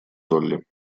долли